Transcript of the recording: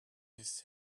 his